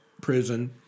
prison